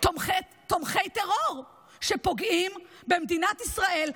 תומכי טרור שפוגעים במדינת ישראל,